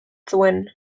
zuen